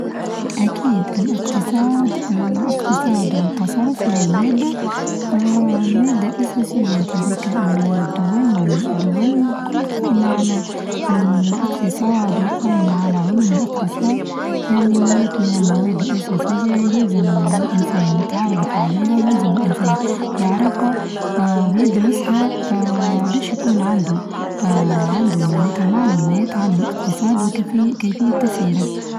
أكيد الإقتصاد-الاقتصاد والتصرف هي مادة اه مادة أساسية تويك الدول دول الكل قائمة على الإقتصاد وقايمة على علوم الإقتصاد يعني وليت من المواد الأساسية يلزم الإنسان يتعرف عليها ويلزم الإنسان يعرفها ويدرسها اه بيش يكون عنده اه عنده معناتها معلومات عن الإقتصاد وكيفية تسييره.